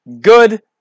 Good